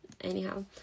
Anyhow